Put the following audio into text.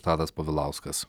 tadas povilauskas